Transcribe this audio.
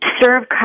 serve